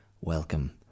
Welcome